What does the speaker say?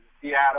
Seattle